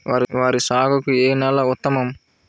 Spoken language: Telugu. వరి సాగుకు ఏ నేల ఉత్తమం?